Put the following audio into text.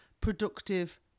productive